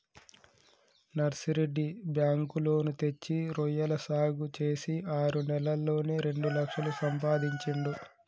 Narsireddy bank loan తెచ్చి రొయ్యల సాగు చేసి ఆరు నెలల్లోనే రెండు లక్షలు సంపాదించిండు